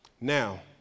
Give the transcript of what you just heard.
Now